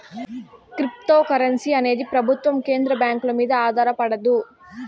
cryptocurrency అనేది ప్రభుత్వం కేంద్ర బ్యాంకుల మీద ఆధారపడదు